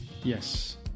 yes